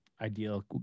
ideal